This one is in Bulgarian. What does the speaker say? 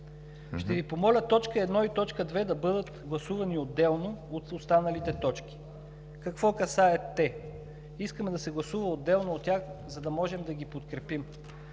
Ще Ви помоля т. 1 и т. 2 да бъдат гласувани отделно от останалите точки. Какво касаят те? Искаме да се гласува отделно от тях, за да можем да ги подкрепим.